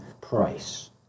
price